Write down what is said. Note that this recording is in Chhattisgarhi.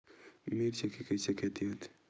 मिर्च के कइसे खेती होथे?